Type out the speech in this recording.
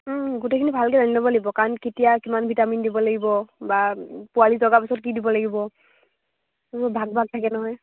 গোটেইখিনি ভালকৈ জানি ল'ব লাগিব কাৰণ কেতিয়া কিমান ভিটামিন দিব লাগিব বা পোৱালি জগা পিছত কি দিব লাগিব ভাগ ভাগ থাকে নহয়